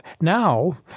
Now